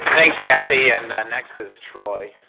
thanks cathy and next is troy.